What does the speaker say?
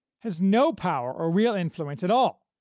has no power or real influence at all,